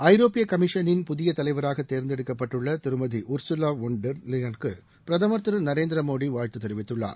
ஐரோப்பிய கமிஷனின் புதிய தலைவராக தேர்ந்தெடுக்கப்பட்டுள்ள திருமதி உர்கவா ஒன் டெர் லியனுக்கு பிரதமர் திரு நரேந்திர மோடி வாழ்த்து தெரிவித்துள்ளார்